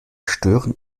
stören